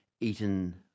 eaten